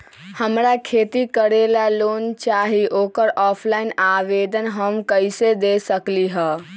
हमरा खेती करेला लोन चाहि ओकर ऑफलाइन आवेदन हम कईसे दे सकलि ह?